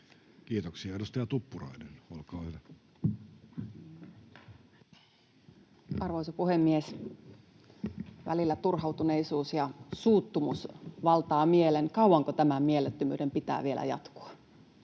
Kiitoksia. — Edustaja Tuppurainen, olkaa hyvä. Arvoisa puhemies! Välillä turhautuneisuus ja suuttumus valtaa mielen: kauanko tämän mielettömyyden pitää vielä jatkua?